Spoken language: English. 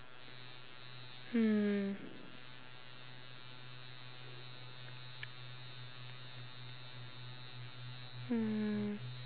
mm